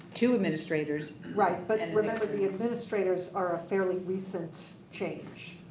two administrators. right, but and remember the administrators are a fairly recent change.